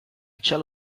cielo